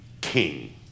king